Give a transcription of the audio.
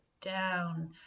down